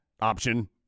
option